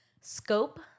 scope